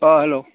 hello